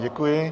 Děkuji.